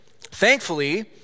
Thankfully